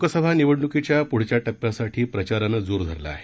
लोकसभा निवडणुकीच्या पुढच्या टप्प्यासाठी प्रचारानं जोर धरला आहे